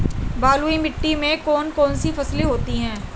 बलुई मिट्टी में कौन कौन सी फसलें होती हैं?